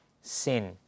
sin